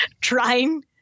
trying